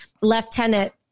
Lieutenant